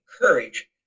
courage